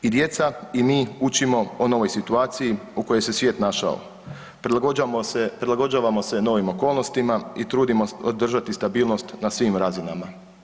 I djeca i mi učimo o novoj situaciji u kojoj se svijet našao, prilagođavamo se novim okolnostima i trudimo održati stabilnost na svim razinama.